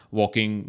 walking